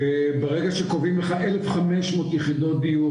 וברגע שקובעים לך 1,500 יחידות דיור